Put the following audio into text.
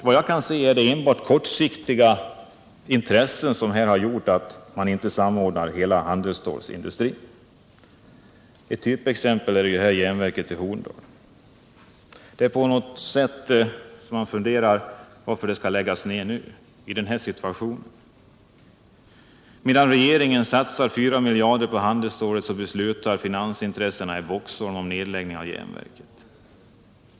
Vad jag kan se är det enbart kortsiktiga intressen som gjort att man inte samordnar hela handelsstålsindustrin. Ett typexempel är järnverket i Horndal. Man kan fundera över varför det skall läggas ned nu, i den här situationen. Medan regeringen satsar 4 miljarder på handelsstålsindustrin beslutar finansintressena i Boxholm om nedläggning av järnverket i Horndal.